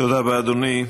תודה רבה, אדוני.